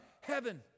heaven